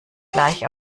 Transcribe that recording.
gleich